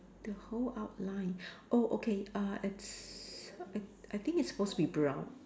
the whole outline oh okay uh it's I I think it's supposed to be brown